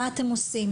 מה אתם עושים?